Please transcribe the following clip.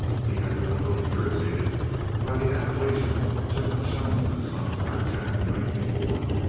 he had been a little irritated by the adulation which had been shown to the son of black jack the night before.